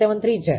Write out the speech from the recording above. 001073 છે